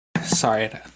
Sorry